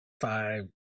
Five